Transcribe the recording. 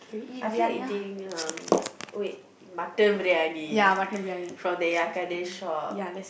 I feel like eating uh wait mutton briyani from the shop